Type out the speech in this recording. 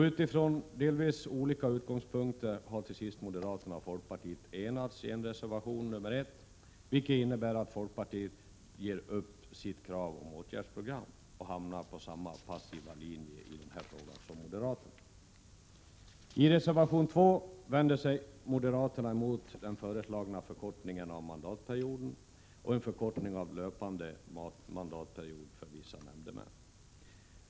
Utifrån delvis olika utgångspunkter har till sist moderaterna och folkpartiet enats i en reservation, nr 1, vilket innebär att folkpartiet ger upp sitt krav om åtgärdsprogram och hamnar på samma passiva linje i den här frågan som moderaterna. I reservation 2 vänder sig moderaterna emot den föreslagna förkortningen av mandatperioden och en förkortning av löpande mandatperiod för vissa nämndemän.